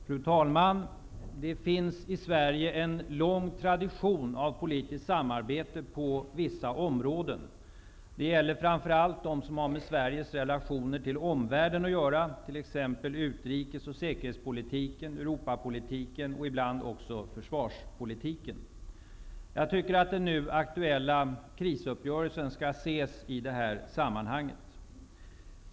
Fru talman! Det finns i Sverige en lång tradition av politiskt samarbete på vissa områden. Det gäller framför allt dem som har med Sveriges relationer till omvärlden att göra, t.ex. utrikes och säkerhetspolitiken, Europapolitiken och ibland även försvarspolitiken. Jag tycker att den nu aktuella krisuppgörelsen skall ses i detta sammanhang.